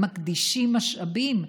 מקדישים משאבים,